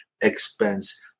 expense